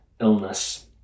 illness